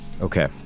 Okay